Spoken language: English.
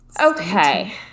Okay